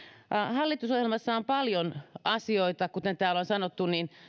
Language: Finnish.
hallitusohjelmassa on paljon asioita kuten täällä on sanottu